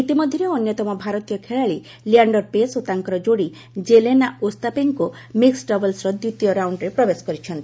ଇତିମଧ୍ୟରେ ଅନ୍ୟତମ ଭାରତୀୟ ଖେଳାଳି ଲିଆଣ୍ଡର୍ ପେସ୍ ଓ ତାଙ୍କର ଯୋଡ଼ି ଜେଲେନା ଓସ୍ତାପେଙ୍କୋ ମିକ୍ୱଡ୍ ଡବଲ୍ସ୍ର ଦ୍ୱିତୀୟ ରାଉଣ୍ଡ୍ରେ ପ୍ରବେଶ କରିଛନ୍ତି